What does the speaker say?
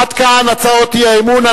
עד כאן הצעות אי-האמון.